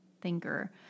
thinker